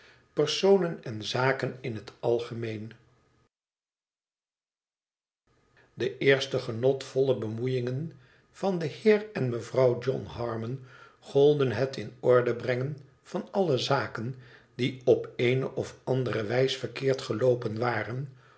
psrsonen en zaken in het algemeen de eerste genotvolle bemoeiingen van den heer en mevrouw john harmon golden het in orde brengen van alle zaken die op eene of andere wijs verkeerd geloopen waren